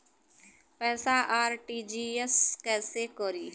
पैसा आर.टी.जी.एस कैसे करी?